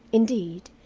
indeed,